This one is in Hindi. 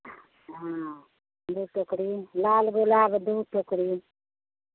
हाँ दो टोकरी लाल गुलाब दो टोकरी